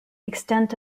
extent